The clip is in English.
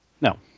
No